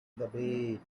bed